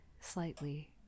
slightly